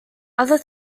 other